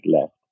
left